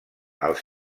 els